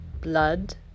blood